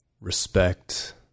respect